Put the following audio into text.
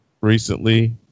recently